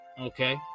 Okay